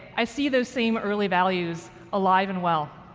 i see those same early values alive and well.